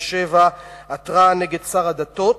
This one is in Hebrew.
באר-שבע עתרה נגד שר הדתות